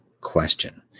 question